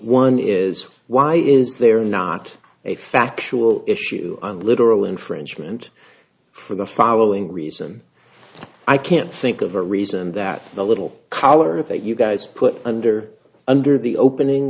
one is why is there not a factual issue on literally infringement for the following reason i can't think of a reason that the little color that you guys put under under the opening